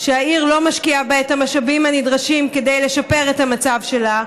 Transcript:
שהעיר לא משקיעה בה את המשאבים הנדרשים כדי לשפר את המצב שלה,